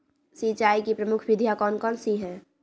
सिंचाई की प्रमुख विधियां कौन कौन सी है?